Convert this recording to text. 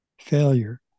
failure